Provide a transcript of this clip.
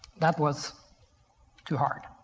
that was too hard.